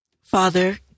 Father